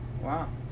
Wow